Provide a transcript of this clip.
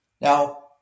Now